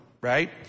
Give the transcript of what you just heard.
right